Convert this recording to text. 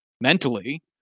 mentally